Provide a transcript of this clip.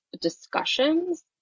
discussions